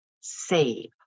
save